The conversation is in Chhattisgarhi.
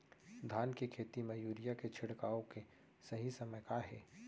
धान के खेती मा यूरिया के छिड़काओ के सही समय का हे?